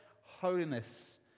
holiness